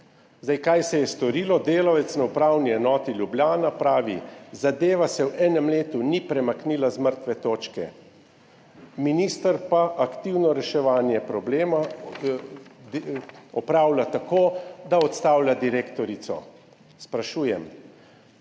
Kaj se je storilo? Delavec na Upravni enoti Ljubljana pravi: »Zadeva se v enem letu ni premaknila z mrtve točke.« Minister pa aktivno reševanje problema opravlja tako, da odstavlja direktorico. Sprašujem: